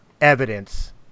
evidence